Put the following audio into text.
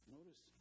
Notice